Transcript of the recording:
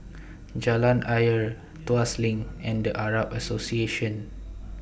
Jalan Ayer Tuas LINK and The Arab Association